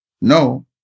No